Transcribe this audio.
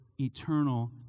eternal